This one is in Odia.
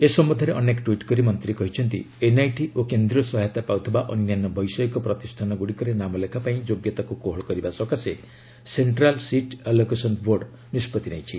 ଏ ସମ୍ଭନ୍ଧରେ ଅନେକ ଟ୍ୱିଟ୍ କରି ମନ୍ତ୍ରୀ କହିଛନ୍ତି ଏନ୍ଆଇଟି ଓ କେନ୍ଦ୍ରୀୟ ସହାୟତା ପାଉଥିବା ଅନ୍ୟାନ୍ୟ ବୈଷୟିକ ପ୍ରତିଷ୍ଠାନଗୁଡ଼ିକରେ ନାମ ଲେଖା ପାଇଁ ଯୋଗ୍ୟତାକୁ କୋହଳ କରିବା ସକାଶେ ସେଣ୍ଟ୍ରାଲ୍ ସିଟ୍ ଆଲୋକେଶନ୍ ବୋର୍ଡ୍ ନିଷ୍ପଭି ନେଇଛି